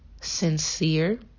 sincere